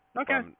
Okay